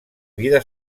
vida